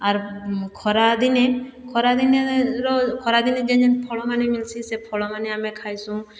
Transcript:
ଆର୍ ଖରା ଦିନେ ଖରା ଦିନେର ଖରା ଦିନେ ଯେନ୍ ଯେନ୍ ଫଳମାନେ ମିଲିଶି ସେ ଫଳମାନେ ଆମେ ଖାଇସୁଁ